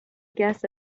guess